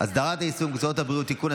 הסדרת העיסוק במקצועות הבריאות (תיקון,